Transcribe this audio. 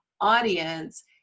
audience